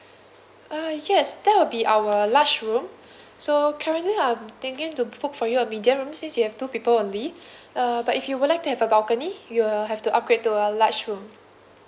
uh yes that will be our large room so currently I'm thinking to book for you a medium room since you have two people only uh but if you would like to have a balcony you'll have to upgrade to a large room